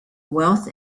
wealth